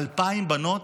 2,000 בנות,